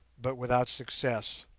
but without success.